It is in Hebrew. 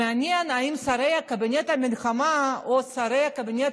מעניין אם שרי קבינט המלחמה או שרי הקבינט